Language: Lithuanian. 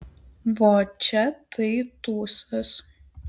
vo čia tai tūsas